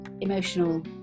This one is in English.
emotional